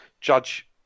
Judge